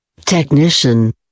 Technician